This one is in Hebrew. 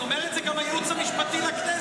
אומר את זה גם הייעוץ המשפטי לכנסת.